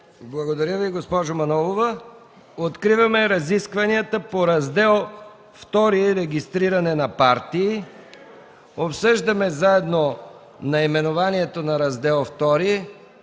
Благодаря Ви, госпожо Манолова. Откривам разискванията по Раздел ІІ – „Регистриране на партии”, обсъждаме заедно с наименованието на Раздел ІІ.